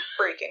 freaking